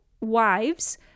wives